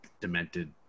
demented